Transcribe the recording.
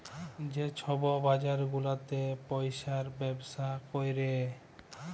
যে ছব বাজার গুলাতে পইসার ব্যবসা ক্যরে